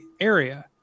area